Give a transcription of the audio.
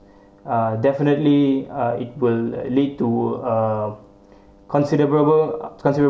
uh definitely uh it will lead to uh considerable